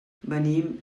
venim